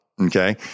Okay